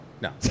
no